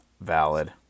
valid